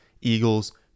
eagles